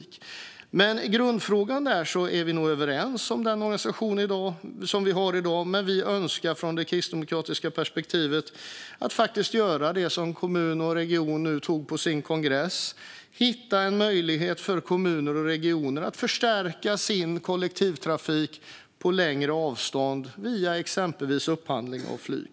I grundfrågan är vi nog överens om den organisation som vi har i dag. Men ur det kristdemokratiska perspektivet önskar vi göra det som Sveriges Kommuner och Regioner antog på sin kongress: hitta en möjlighet för kommuner och regioner att förstärka sin kollektivtrafik på längre avstånd via exempelvis upphandling av flyg.